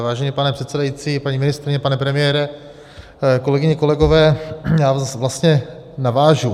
Vážený pane předsedající, paní ministryně, pane premiére, kolegyně, kolegové, já vlastně navážu.